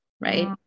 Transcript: right